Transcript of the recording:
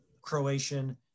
Croatian